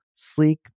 sleek